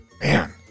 Man